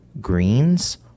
greens